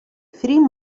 three